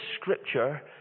scripture